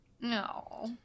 No